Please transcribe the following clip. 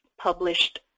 published